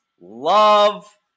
love